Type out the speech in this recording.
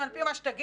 על פי מה שתגידו,